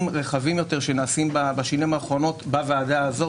רחבים יותר שנעשים בשנים האחרונות בוועדה הזו,